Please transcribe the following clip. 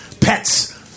pets